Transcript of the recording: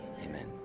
Amen